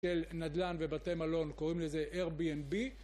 של נדלן ובתי מלון, קוראים לזה Airbnb